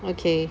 okay